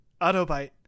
Autobite